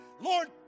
Lord